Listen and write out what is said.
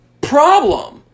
Problem